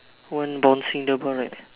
one bouncing the ball right